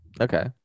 Okay